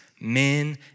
men